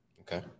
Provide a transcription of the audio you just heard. Okay